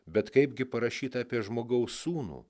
bet kaipgi parašyta apie žmogaus sūnų